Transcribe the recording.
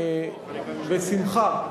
בשמחה,